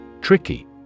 Tricky